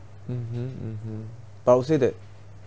mmhmm mmhmm but I would say that